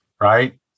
right